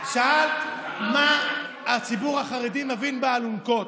שאלת מה הציבור החרדי מבין באלונקות?